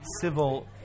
civil